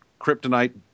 kryptonite